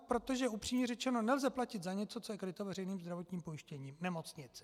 Protože upřímně řečeno nelze platit za něco, co je kryto veřejným zdravotním pojištěním nemocnice.